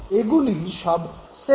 এগুলি সব secondary reinforcement